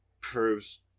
proves